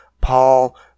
Paul